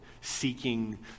seeking